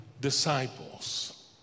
disciples